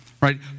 right